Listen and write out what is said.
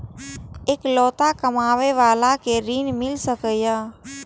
इकलोता कमाबे बाला के ऋण मिल सके ये?